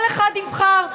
כל אחד יבחר.